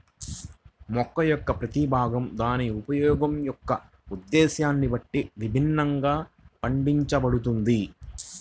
మొక్క యొక్క ప్రతి భాగం దాని ఉపయోగం యొక్క ఉద్దేశ్యాన్ని బట్టి విభిన్నంగా పండించబడుతుంది